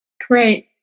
Great